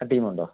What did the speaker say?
ആ ടീമുണ്ടോ